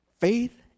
Faith